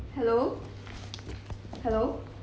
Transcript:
hello hello